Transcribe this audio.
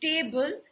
stable